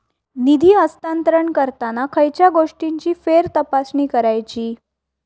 निधी हस्तांतरण करताना खयच्या गोष्टींची फेरतपासणी करायची?